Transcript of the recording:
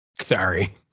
Sorry